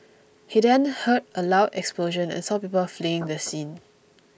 he then heard a loud explosion and saw people fleeing the scene